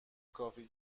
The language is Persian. کافی